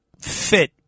fit